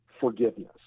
forgiveness